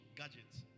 gadgets